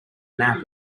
nap